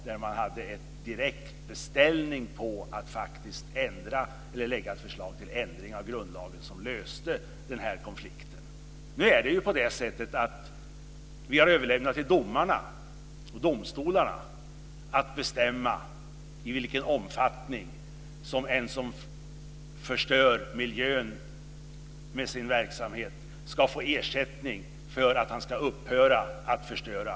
Där hade man en direkt beställning om att faktiskt lägga fram ett förslag till ändring av grundlagen som löste konflikten. Nu är det på sättet att vi har överlämnat till domarna och domstolarna att bestämma i vilken omfattning en som förstör miljön med sin verksamhet ska få ersättning för att han ska upphöra att förstöra.